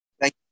Thank